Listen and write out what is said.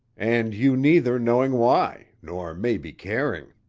and you neither knowing why, nor maybe caring.